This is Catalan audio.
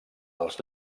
als